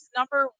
number